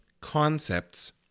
concepts